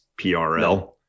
PRL